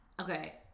Okay